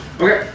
Okay